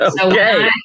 Okay